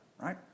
right